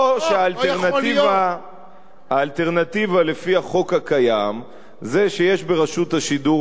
או שהאלטרנטיבה לפי החוק הקיים זה שיש ברשות השידור